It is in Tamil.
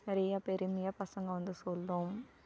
நிறைய பெருமையாக பசங்கள் வந்து சொல்லும்